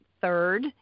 third